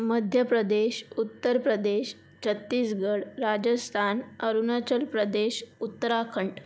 Madhya Pradesh Uttar Pradesh Chhattisgarh Rajasthan Arunachal Pradesh Uttarakhand